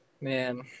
Man